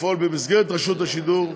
ולפעול במסגרת רשות השידור,